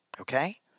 Okay